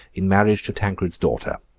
in marriage to tancred's daughter.